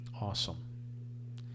awesome